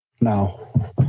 No